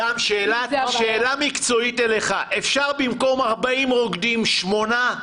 סתם שאלה מקצועית אליך: אפשר במקום 40 רוקדים שיהיו שמונה?